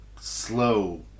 slow